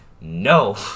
No